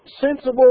sensible